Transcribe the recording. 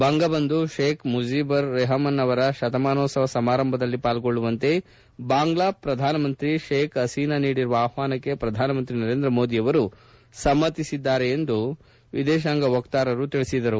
ಭಂಗಬಂಧು ಶೇಖ್ ಮುಜಿಬುರ್ ರೆಹಮಾನ್ ಅವರ ಶತಮಾನೋತ್ಸವ ಸಮಾರಂಭದಲ್ಲಿ ಪಾಲ್ಗೊಳ್ಳುವಂತೆ ಬಾಂಗ್ಲಾದೇಶದ ಪ್ರಧಾನಮಂತ್ರಿ ಶೇಖ್ ಅಸೀನಾ ನೀಡಿರುವ ಆಪ್ವಾನಕ್ಕೆ ಪ್ರಧಾನಮಂತ್ರಿ ನರೇಂದ್ರ ಮೋದಿ ಅವರು ಸಮ್ಮತಿಸಿದ್ದಾರೆ ಎಂದು ವಕ್ತಾರರು ತಿಳಿಸಿದರು